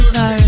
no